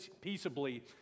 peaceably